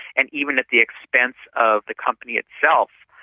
and even at the expense of the company itself,